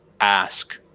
ask